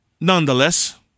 nonetheless